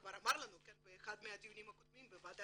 כבר אמר לנו באחד הדיונים הקודמים בוועדה